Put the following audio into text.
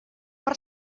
per